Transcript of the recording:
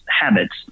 habits